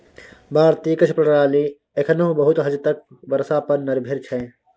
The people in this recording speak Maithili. भारतीय कृषि प्रणाली एखनहुँ बहुत हद तक बर्षा पर निर्भर छै